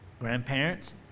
Grandparents